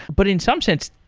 but in some sense,